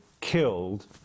killed